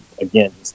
again